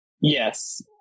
Yes